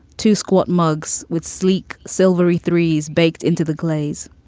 two squat mugs with sleek, silvery three's baked into the glaze.